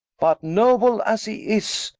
but noble as he is,